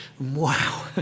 Wow